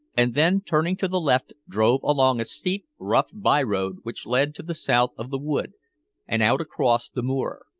and then, turning to the left, drove along a steep, rough by-road which led to the south of the wood and out across the moor.